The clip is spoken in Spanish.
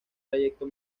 trayecto